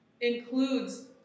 includes